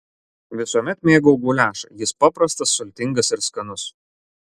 visuomet mėgau guliašą jis paprastas sultingas ir skanus